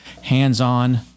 hands-on